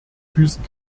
füßen